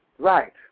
Right